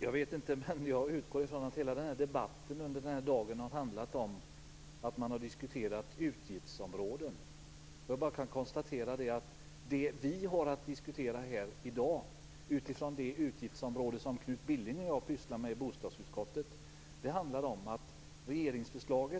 Fru talman! Jag utgår från att hela debatten denna dag har handlat om utgiftsområden. Jag kan konstatera att det vi har att diskutera här i dag - det utgiftsområde som Knut Billing och jag pysslar med i bostadsutskottet - är att regeringen föreslår